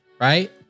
Right